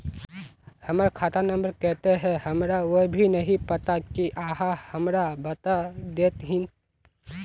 हमर खाता नम्बर केते है हमरा वो भी नहीं पता की आहाँ हमरा बता देतहिन?